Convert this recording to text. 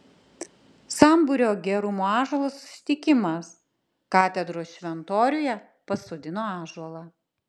sambūrio gerumo ąžuolas susitikimas katedros šventoriuje pasodino ąžuolą